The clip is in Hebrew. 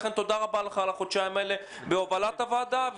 לכן תודה רבה לך על החודשיים האלה בהובלת הוועדה.